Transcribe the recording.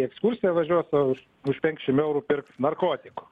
į ekskursiją važiuos o už penkiasdešim eurų pirks narkotikų